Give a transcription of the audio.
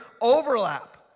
overlap